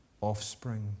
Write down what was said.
offspring